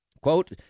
Quote